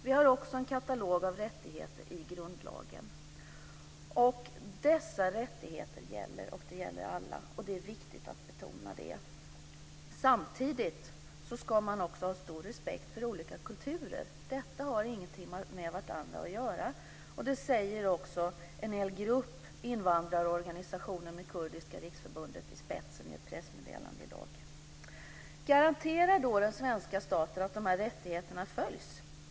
Vi har också en katalog med rättigheter i grundlagen. Och dessa rättigheter gäller, och de gäller alla. Detta är viktigt att betona. Samtidigt ska man också ha stor respekt för olika kulturer. Dessa saker har ingenting med varandra att göra. Det säger också en hel grupp invandrarorganisationer med Kurdiska riksförbundet i spetsen i ett pressmeddelande i dag. Garanterar då den svenska staten att dessa rättigheter följs?